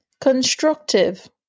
constructive